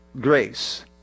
grace